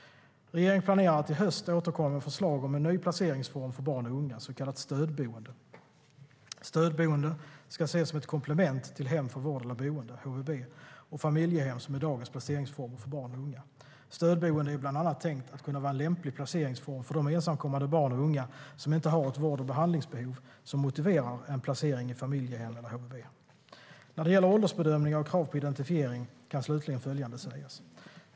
Regeringen planerar att i höst återkomma med förslag om en ny placeringsform för barn och unga, så kallat stödboende. Stödboende ska ses som ett komplement till hem för vård eller boende - HVB - och familjehem, som är dagens placeringsformer för barn och unga. Stödboende är bland annat tänkt att kunna vara en lämplig placeringsform för de ensamkommande barn och unga som inte har ett vård och behandlingsbehov som motiverar en placering i familjehem eller HVB. När det gäller åldersbedömningar och krav på identifiering kan slutligen följande sägas.